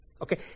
Okay